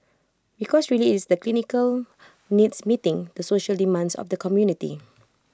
because really IT is the clinical needs meeting the social demands of the community